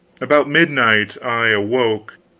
about midnight i awoke,